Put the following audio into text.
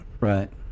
Right